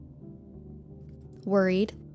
Worried